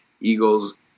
Eagles